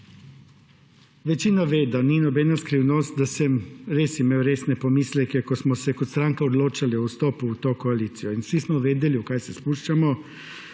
Večina ve, da ni nobena skrivnost, da sem imel resne pomisleke, ko smo se kot stranka odločali o vstopu v to koalicijo, in vsi smo vedeli, v kaj se spuščamo.